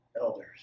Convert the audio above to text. elders